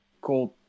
called